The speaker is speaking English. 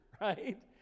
right